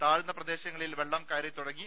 താഴ്ന്ന പ്രദേശങ്ങളിൽ വെള്ളം കയറിത്തുടങ്ങി